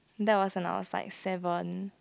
that was when I was like seven